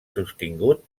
sostingut